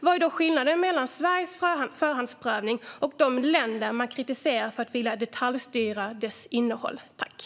Vad är då skillnaden mellan Sveriges förhandsprövning och den detaljstyrning av public services innehåll man kritiserar andra länder för?